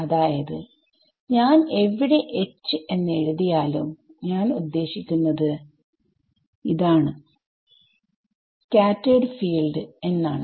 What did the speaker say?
അതായത് ഞാൻ എവിടെ H എന്ന് എഴുതിയാലും ഞാൻ ഉദ്ദേശിക്കുന്നത് സ്കാറ്റെർഡ് ഫീൽഡ് എന്നാണ്